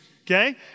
Okay